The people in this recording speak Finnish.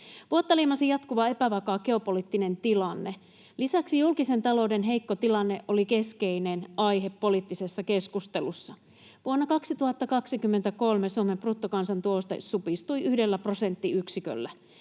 Vuotta leimasi jatkuva epävakaa geopoliittinen tilanne. Lisäksi julkisen talouden heikko tilanne oli keskeinen aihe poliittisessa keskustelussa. Vuonna 2023 Suomen bruttokansantuote supistui yhdellä prosenttiyksiköllä.